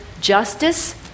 justice